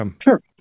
Sure